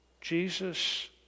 Jesus